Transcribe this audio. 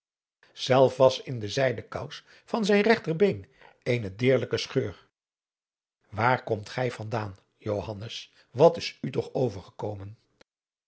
zelf was in de zijden kous van zijn regter been eene deerlijke scheur waar komt gij van daan johannes wat is u toch over